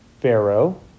Pharaoh